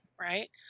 right